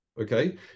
Okay